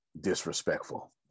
disrespectful